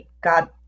God